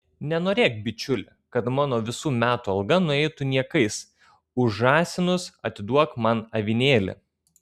nenorėk bičiuli kad mano visų metų alga nueitų niekais už žąsinus atiduok man avinėlį